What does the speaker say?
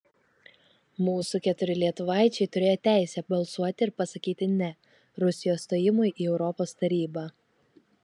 mūsų keturi lietuvaičiai turėjo teisę balsuoti ir pasakyti ne rusijos stojimui į europos tarybą